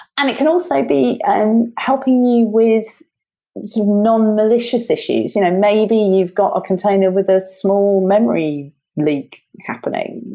and it can also be and helping you with you know um malicious issues. and maybe and you've got a container with a small memory leak happening.